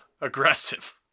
aggressive